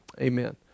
Amen